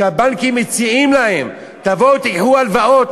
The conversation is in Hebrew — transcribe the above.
שהבנקים מציעים להם: תבואו ותיקחו הלוואות,